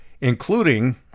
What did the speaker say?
including